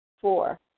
Four